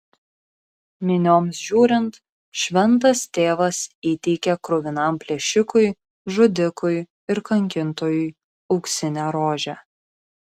minioms žiūrint šventas tėvas įteikė kruvinam plėšikui žudikui ir kankintojui auksinę rožę